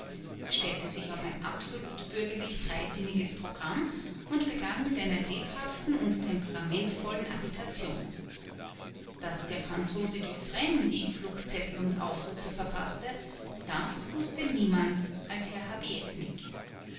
stellte sich auf ein absolut bürgerlich freisinniges programm und begann mit einer lebhaften und temperamentvollen agitation daß der franzose dufresne die flugzettel und aufrufe verfaßte das wußte niemand als herr